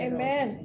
Amen